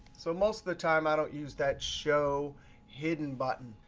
so most of the time, i don't use that show hidden button.